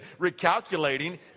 recalculating